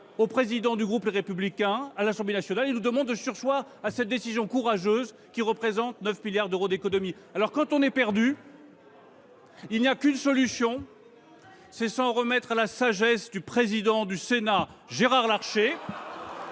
au président du groupe Les Républicains à l’Assemblée nationale et nous demande de surseoir à cette décision courageuse, qui permettra de réaliser 9 milliards d’euros d’économie. J’estime que quand on est perdu, la seule solution est de s’en remettre à la sagesse du président du Sénat, Gérard Larcher,